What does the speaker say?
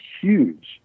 huge